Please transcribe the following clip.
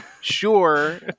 sure